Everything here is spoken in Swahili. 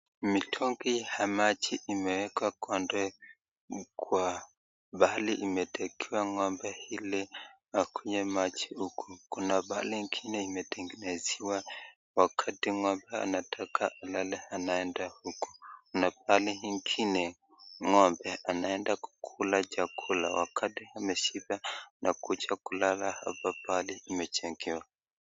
Mitungi ya maji imewekwa ndoo kwa mahali imetekewa ngombe, ili akunywe maji huku kuna pahali ingine imetengenezewa wakati ngombe anatoka anaenda mahali huku, na pahali ingine ngombe anaenda kukula chakula, wakati ameshiba anakuja kulala hapa pahali imejengewa.